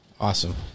awesome